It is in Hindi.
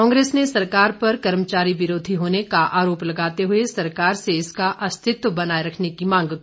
कांग्रेस ने सरकार पर कर्मचारी विरोधी होने का आरोप लगाते हुए सरकार से इसका अस्तित्व बनाए रखने की मांग की